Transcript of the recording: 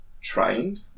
trained